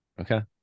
Okay